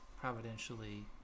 providentially